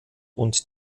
und